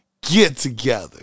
get-together